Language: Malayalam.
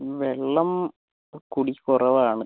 വെള്ളം കുടി കുറവാണ്